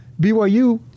BYU